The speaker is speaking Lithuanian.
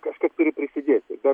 kažkiek turi prisidėti bet